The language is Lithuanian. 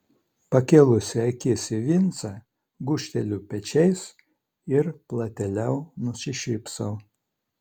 pakėlusi akis į vincą gūžteliu pečiais ir platėliau nusišypsau